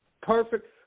perfect